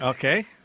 Okay